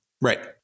right